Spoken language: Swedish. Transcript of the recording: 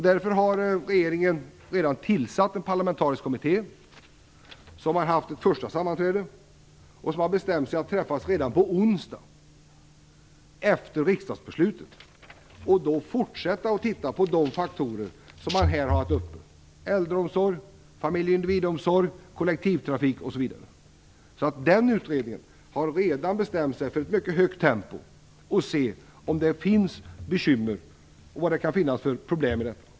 Därför har regeringen redan tillsatt en parlamentarisk kommitté, som har haft ett första sammanträde och som bestämt sig att sammanträda redan på onsdag, efter riksdagsbeslutet, och då fortsätta att titta på de faktorer som här tagits upp: äldreomsorg, familjepolitik och individomsorg, kollektivtrafik osv. Den utredningen har redan bestämt sig för ett mycket högt tempo för att se om det finns bekymmer och vad det kan finnas för problem.